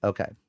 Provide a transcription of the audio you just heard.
Okay